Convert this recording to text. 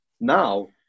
Now